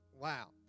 Wow